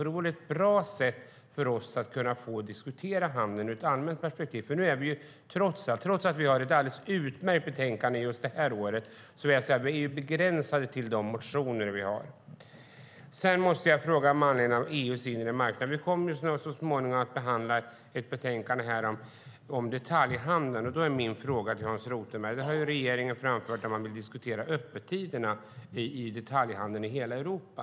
Det vore ju ett bra sätt för oss att kunna få diskutera handeln ur ett annat perspektiv. Trots att vi har ett alldeles utmärkt betänkande just det här året är vi begränsade till de motioner vi har. Med anledning av EU:s inre marknad måste jag ändå ställa en fråga. Vi kommer så småningom att behandla ett betänkande om detaljhandeln. Regeringen har framfört att man vill diskutera öppettiderna i detaljhandeln i hela Europa.